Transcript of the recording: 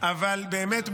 אבל באמת,